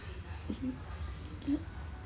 mmhmm mm